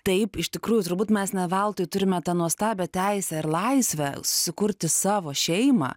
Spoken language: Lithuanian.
taip iš tikrųjų turbūt mes ne veltui turime tą nuostabią teisę ir laisvę susikurti savo šeimą